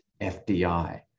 FDI